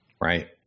Right